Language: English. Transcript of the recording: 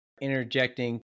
interjecting